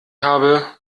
habe